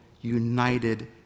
united